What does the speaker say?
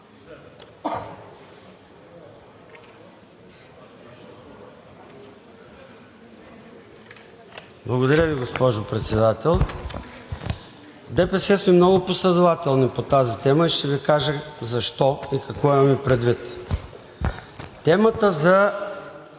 Благодаря Ви, госпожо Председател. ДПС сме много последователни по тази тема и ще Ви кажа защо и какво имаме предвид. Темата за